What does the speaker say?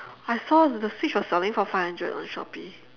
I saw the switch was selling for five hundred on shopee